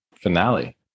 Finale